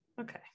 Okay